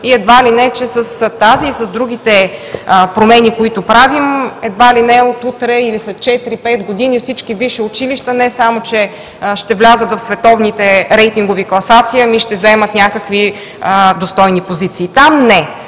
проблеми и, че с тази и с другите промени, които правим, едва ли не от утре или след четири, пет години всички висши училища не само че ще влязат в световните рейтингови класации, но ще заемат някакви достойни позиции там.